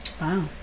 Wow